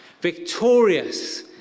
victorious